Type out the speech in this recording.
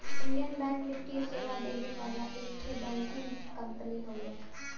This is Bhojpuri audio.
इण्डियन बैंक वित्तीय सेवा देवे वाला एक ठे बैंकिंग कंपनी हउवे